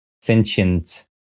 sentient